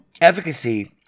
efficacy